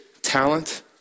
talent